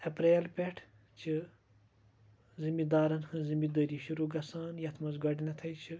April پٮ۪ٹھ چھِ زٔمیٖندارَن ہنٛز زٔمیٖندٲری شروٗع گژھان یَتھ منٛز گۄڈٕنیٚتھٕے چھُ